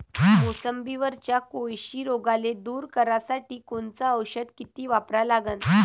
मोसंबीवरच्या कोळशी रोगाले दूर करासाठी कोनचं औषध किती वापरा लागन?